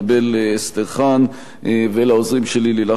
ולעוזרים שלי, לילך שלי, רועי שרעבי ואסנת טייב,